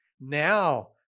Now